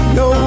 no